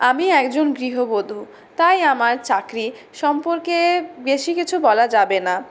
আমি একজন গৃহবধূ তাই আমার চাকরি সম্পর্কে বেশি কিছু বলা যাবে না